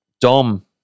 Dom